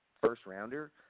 first-rounder